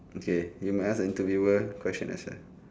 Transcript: okay you must interviewer question answer